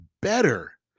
better